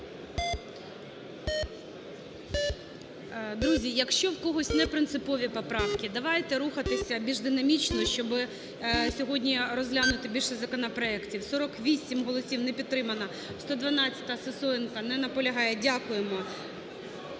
Друзі, якщо в когось не принципові поправки, давайте рухатися більш динамічно, щоб сьогодні розглянути більшість законопроектів. 16:27:17 За-48 голосів. Не підтримано. 112-а, Сисоєнко. Не наполягає. Дякуємо.